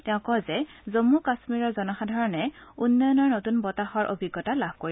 তেওঁ কয় যে জমূ কাশ্মীৰৰ জনসাধাৰণে উন্নয়নৰ নতুন বতাহৰ অভিজ্ঞতা লাভ কৰিব